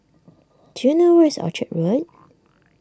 do you know where is Orchard Road